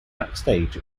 backstage